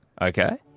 Okay